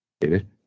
David